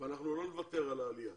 ואנחנו לא נוותר על העלייה.